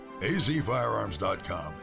azfirearms.com